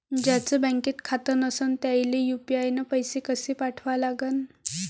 ज्याचं बँकेत खातं नसणं त्याईले यू.पी.आय न पैसे कसे पाठवा लागन?